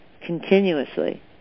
continuously